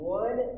one